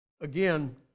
Again